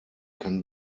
kann